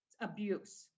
abuse